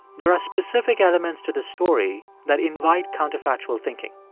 there are specific elements to this story that invite counterfactual thinking.